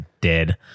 dead